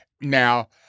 Now